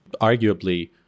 Arguably